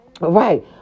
Right